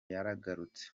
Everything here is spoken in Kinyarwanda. yaragarutse